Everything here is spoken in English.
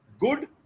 good